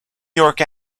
york